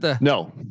No